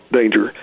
danger